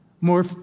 more